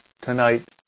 tonight